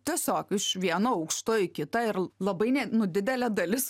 tiesiog iš vieno aukšto į kitą ir labai ne nu didelė dalis